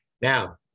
Now